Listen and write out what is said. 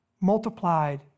multiplied